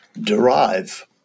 derive